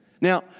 Now